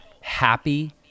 happy